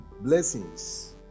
blessings